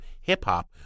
hip-hop